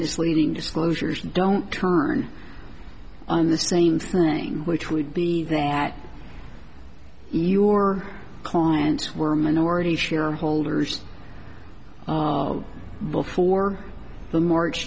misleading disclosures don't turn on the same thing which would be that your clients were minority shareholders before the march